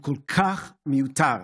והוא כל כך מיותר.